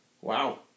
wow